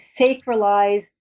sacralize